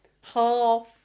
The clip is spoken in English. half